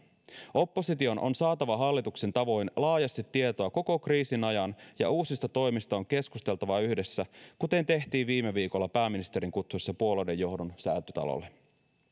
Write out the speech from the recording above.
opposition on saatava hallituksen tavoin laajasti tietoa koko kriisin ajan ja uusista toimista on keskusteltava yhdessä kuten tehtiin viime viikolla pääministerin kutsuessa puolueiden johdon säätytalolle